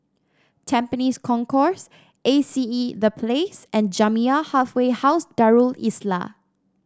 Tampines Concourse A C E The Place and Jamiyah Halfway House Darul Islah